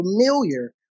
familiar